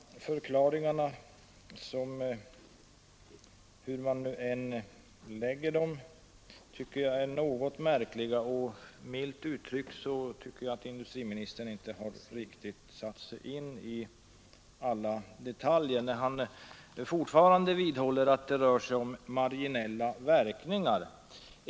Fru talman! Förklaringarna — hur man än tolkar dem — tycker jag är något märkliga. Milt uttryckt tycker jag att industriministern inte riktigt har satt sig in i alla detaljer, när han fortfarande vidhåller att det rör sig om marginella verkningar.